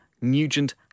Nugent